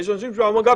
הצבעה בעד,